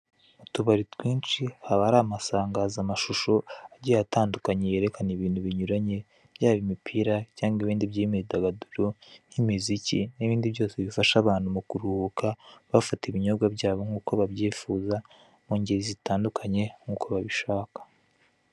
Utubari twinshi haba hari amasangazamashusho agiye atandukanye yerekana ibintu binyuranye yaba imipira cyangwa ibindi by'imwidagaduro nk'imiziki nibindi byose bifasha abantu mukuruhuka bifasha abantu mukuruhuka bafata ibinyobwa byabo nkuko babyifuza mu ngeri zitandukanye nkuko babishaka.